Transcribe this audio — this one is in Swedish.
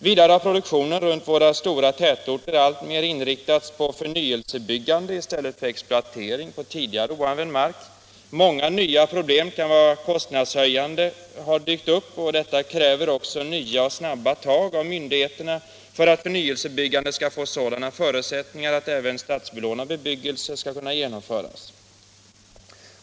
Vidare har produktionen runt våra stora tätorter alltmer inriktats på förnyelsebyggande i stället för exploatering på tidigare oanvänd mark. Många nya problem som kan vara kostnadshöjande har dykt upp. Detta kräver också nya och snabba tag av myndigheterna för att förnyelsebyggandet skall få sådana förutsättningar att även statsbelånad bebyggelse skall kunna genomföras.